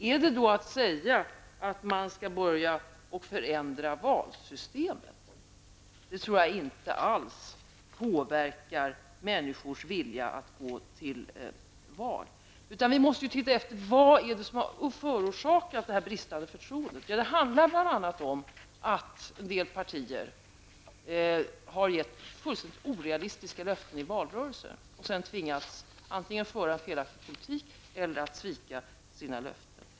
Är det motiverat att säga att man skall börja förändra valsystemet? Det tror jag inte alls påverkar människors vilja att gå till val. Vi måste ju se efter vad det är som har förorsakat detta bristande förtroende. Det handlar bl.a. om att en del partier har gett fullständigt orealistiska löften i valrörelsen och sedan tvingats att antingen föra en felaktig politik eller svika sina löften.